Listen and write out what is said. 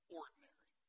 ordinary